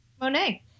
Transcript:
Monet